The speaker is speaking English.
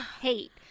hate